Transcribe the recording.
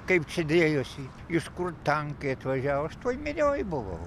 kaip čia dėjosi iš kur tankai atvažiavo aš toj minioj buvau